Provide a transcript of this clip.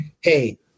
hey